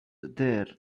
there